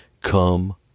come